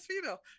female